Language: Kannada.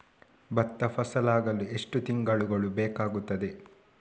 ಭತ್ತ ಫಸಲಾಗಳು ಎಷ್ಟು ತಿಂಗಳುಗಳು ಬೇಕಾಗುತ್ತದೆ?